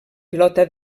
pilota